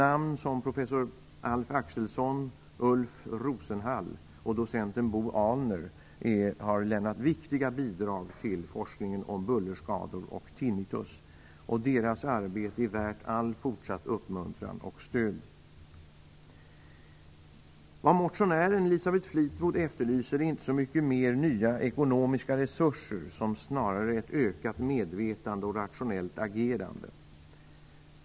Namn som professor Alf Axelsson, Ulf Rosenhall och docent Bo Ahlner har lämnat viktiga bidrag till forskningen om bullerskador och tinnitus. Deras arbete är värt all fortsatt uppmuntran och stöd. Vad motionären, Elisabeth Fleetwood, efterlyser är inte nya ekonomiska resurser så mycket som ett ökat medvetande och ett rationellt agerande.